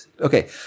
Okay